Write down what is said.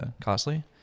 costly